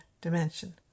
dimension